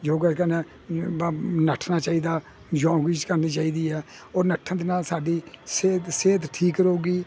ਯੋਗਾ ਕਰਨਾ ਨੱਠਣਾ ਚਾਹੀਦਾ ਯੋਗਿਜ਼ ਕਰਨੀ ਚਾਹੀਦੀ ਆ ਔਰ ਨੱਠਣ ਦੇ ਨਾਲ ਸਾਡੀ ਸਿਹਤ ਸਿਹਤ ਠੀਕ ਰਹੂਗੀ